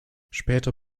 später